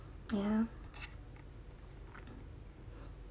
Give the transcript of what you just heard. ya